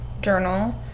journal